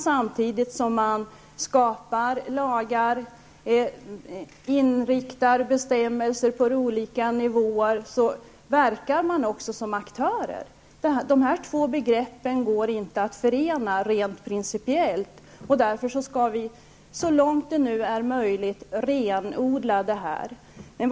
Staten skapar lagar och inriktar bestämmelser på olika nivåer och verkar samtidigt som aktör. De två rollerna går inte att förena rent principiellt. Därför skall vi så långt det är möjligt renodla statens roll.